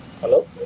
Hello